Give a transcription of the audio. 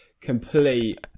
complete